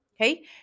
Okay